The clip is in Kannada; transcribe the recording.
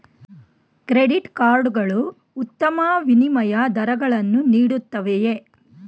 ಕ್ರೆಡಿಟ್ ಕಾರ್ಡ್ ಗಳು ಉತ್ತಮ ವಿನಿಮಯ ದರಗಳನ್ನು ನೀಡುತ್ತವೆಯೇ?